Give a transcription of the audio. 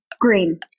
Green